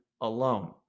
alone